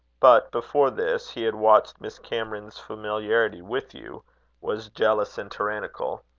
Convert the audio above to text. but, before this, he had watched miss cameron's familiarity with you was jealous and tyrannical.